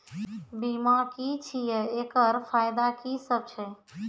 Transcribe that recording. बीमा की छियै? एकरऽ फायदा की सब छै?